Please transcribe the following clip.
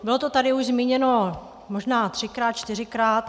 Bylo to tady už zmíněno možná třikrát, čtyřikrát.